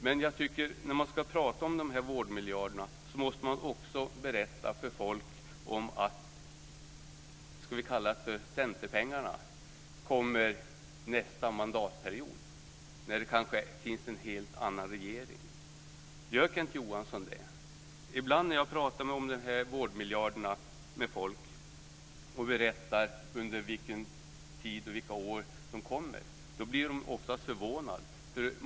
Men när man ska prata om de här vårdmiljarderna måste man också berätta för folk att de s.k. centerpengarna kommer nästa mandatperiod när det kanske finns en helt annan regering. Gör Kenneth Johansson det? När jag pratar om dessa vårdmiljarder med människor och berättar under vilken tid och vilka år de kommer blir de oftast förvånade.